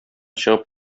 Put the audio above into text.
чыгып